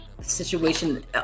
situation